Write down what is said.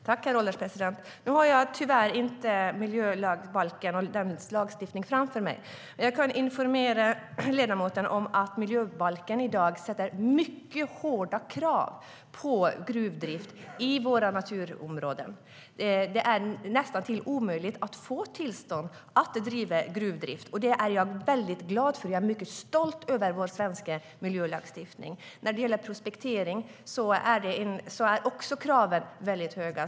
Herr ålderspresident! Nu har jag tyvärr inte miljöbalken och dess lagstiftning framför mig. Men jag kan informera ledamoten om att miljöbalken i dag ställer mycket hårda krav på gruvdrift i våra naturområden. Det är näst intill omöjligt att få tillstånd till gruvdrift, och det är jag väldigt glad för. Jag är mycket stolt över vår svenska miljölagstiftning. När det gäller prospektering är också kraven väldigt höga.